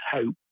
hope